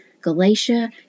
Galatia